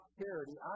charity